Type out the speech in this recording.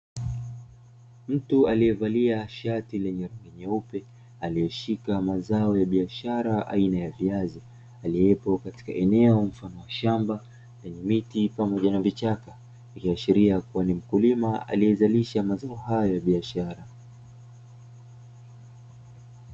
Mtu aliyevalia shati lenye rangi nyeupe, aliyeshika mazao ya biashara aina ya viazi, aliyepo katika eneo mfano wa shamba, lenye miti pamoja na vichaka, likiashiria kuwa ni mkulima aliyezalisha mazao hayo ya biashara.